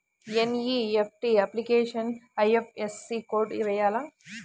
NEFT అప్లికేషన్లో IFSC code వేయాలా?